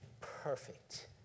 perfect